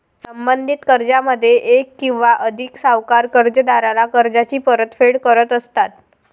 संबंधित कर्जामध्ये एक किंवा अधिक सावकार कर्जदाराला कर्जाची परतफेड करत असतात